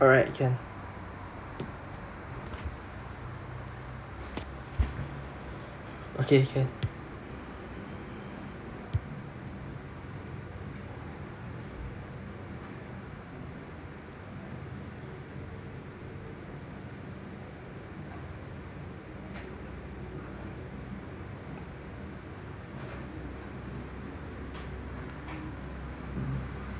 alright can okay can